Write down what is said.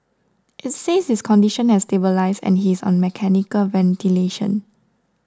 it says his condition has stabilised and he is on mechanical ventilation